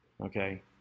okay